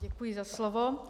Děkuji za slovo.